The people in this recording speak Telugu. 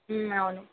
అవును